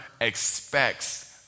expects